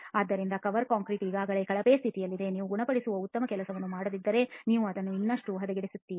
ಆದ್ದರಿಂದ cover concrete ಈಗಾಗಲೇ ಕಳಪೆ ಸ್ಥಿತಿಯಲ್ಲಿದೆ ನೀವು ಗುಣಪಡಿಸುವ ಉತ್ತಮ ಕೆಲಸವನ್ನು ಮಾಡದಿದ್ದರೆ ನೀವು ಅದನ್ನು ಇನ್ನಷ್ಟು ಹದಗೆಡಿಸುತ್ತೀರಿ